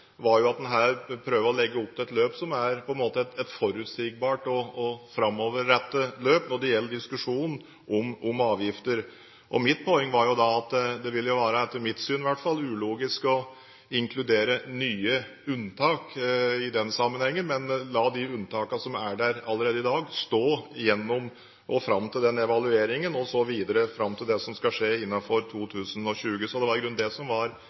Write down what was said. var at det ville være – etter mitt syn i hvert fall – ulogisk å inkludere nye unntak i den sammenhengen, men ville la de unntakene som er der allerede i dag, stå fram til evalueringen og videre fram til det som skal skje innen 2020. Det var i grunnen det som var